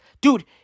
Dude